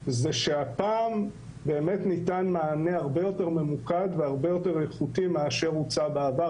שהפעם ניתן מענה הרבה יותר ממוקד והרבה יותר איכותי מאשר הוצע בעבר.